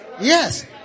Yes